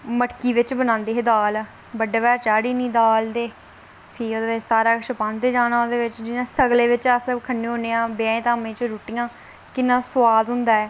ओह् मटकी बिच बनांदे हे दाल बड्डे पैह्र चाढ़ी ओड़नी दाल ते फ्ही ओहदे बिच सारा किश पांदे जाना ओह्दे बिच जियां सगले च अस खन्ने होन्ने आं अस ब्याह धामें च रुट्टियां किन्ना सुआद होंदा ऐ